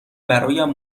برایم